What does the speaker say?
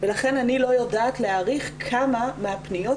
ולכן אני לא יודעת להעריך כמה מהפניות